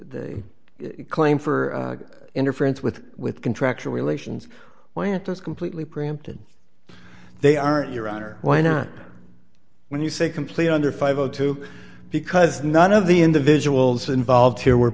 ey claim for interference with with contractual relations when it is completely preempted they aren't your honor why not when you say complete under five o two because none of the individuals involved here were